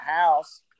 house